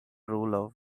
rule